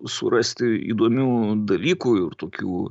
surasti įdomių dalykų ir tokių